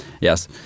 Yes